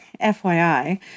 FYI